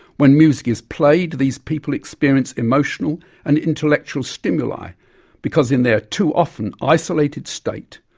when music is played these people experience emotional and intellectual stimuli because in their too often isolated state,